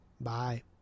Bye